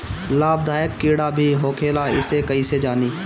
लाभदायक कीड़ा भी होखेला इसे कईसे जानी?